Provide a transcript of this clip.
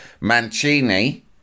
Mancini